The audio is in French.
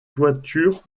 toitures